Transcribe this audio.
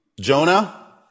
Jonah